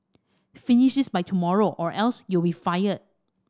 finish this by tomorrow or else you'll be fired